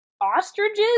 ostriches